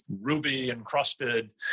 ruby-encrusted